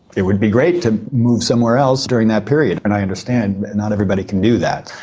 it would be great to move somewhere else during that period and i understand not everybody can do that.